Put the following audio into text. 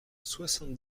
soixante